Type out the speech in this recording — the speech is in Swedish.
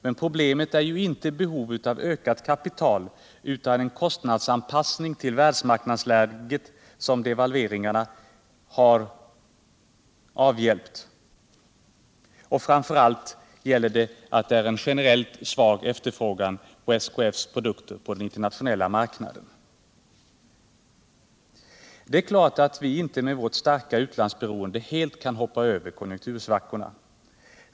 Men problemet är ju inte behov av ökat kapital utan en kostnadsanpassning till världsmarknadsläget som devalveringarna har avhjälpt, och framför allt är det en generellt svag efterfrågan på SKF:s produkter på den internationella marknaden. Det är klart att vi inte med vårt starka utlandsberoende helt kan hoppa över konjunktursvackorna.